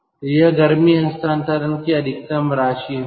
तो यह गर्मी हस्तांतरण की अधिकतम राशि होगी